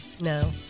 No